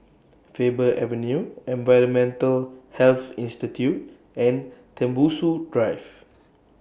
Faber Avenue Environmental Health Institute and Tembusu Drive